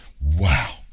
wow